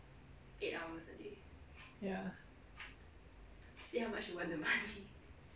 ya